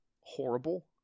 horrible